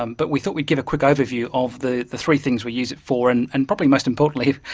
um but we thought we'd give a quick overview of the three things we use it for, and and probably most importantly,